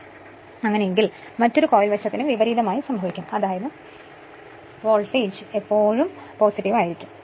അതിനാൽ അങ്ങനെയെങ്കിൽ മറ്റൊരു കോയിൽ വശത്തിനും വിപരീതമായി സംഭവിക്കും അതായത് വോൾട്ടേജ് എപ്പോഴും പോസിറ്റീവ് ആയിരിക്കും